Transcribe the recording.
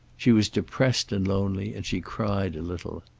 she was depressed and lonely, and she cried a little.